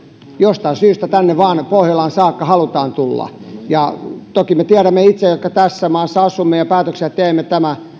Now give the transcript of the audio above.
jostain syystä vain tänne pohjolaan saakka halutaan tulla toki me tiedämme itse jotka tässä maassa asumme ja päätöksiä teemme että tämä